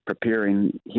preparing